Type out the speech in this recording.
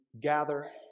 gather